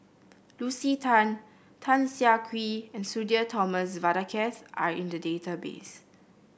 Lucy Tan Tan Siah Kwee and Sudhir Thomas Vadaketh are in the database